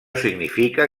significa